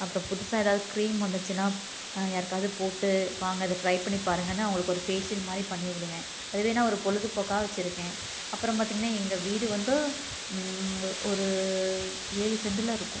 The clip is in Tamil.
அப்புறம் புதுசாக எதாவது க்ரீம் வந்துச்சுன்னா அதை யாருக்காவது போட்டு வாங்க இதை ட்ரை பண்ணிப்பாருங்கன்னு அவங்களுக்கு ஒரு ஃபேஷியல் மாதிரி பண்ணிவிடுவேன் அதுவே நான் ஒரு பொழுதுபோக்காக வைச்சிருக்கேன் அப்புறம் பார்த்திங்ன்னா எங்கள் வீடு வந்து ஒரு ஏழு சென்ட்டில் இருக்கும்